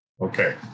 Okay